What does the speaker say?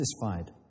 satisfied